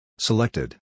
Selected